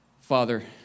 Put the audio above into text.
Father